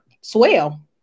swell